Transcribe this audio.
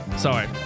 Sorry